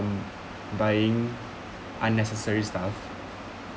buying unnecessary stuff